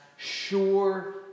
sure